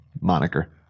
moniker